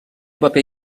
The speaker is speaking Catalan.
paper